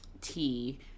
tea